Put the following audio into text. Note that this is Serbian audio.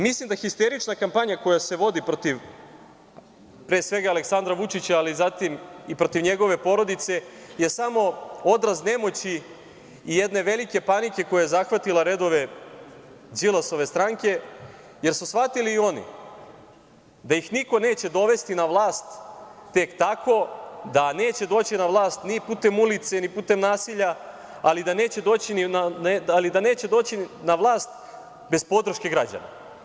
Mislim da histerična kampanja koja se vodi protiv, pre svega, protiv Aleksandra Vučića, a zatim i protiv njegove porodice je samo odraz nemoći i jedne velike panike koja je zahvatila redove Đilasove stranke, jer su shvatili i oni da ih niko neće dovesti na vlast tek tako, da neće doći na vlast ni putem ulice, ni putem nasilja, ali da neće doći na vlast bez podrške građana.